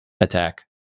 attack